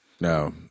no